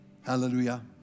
Hallelujah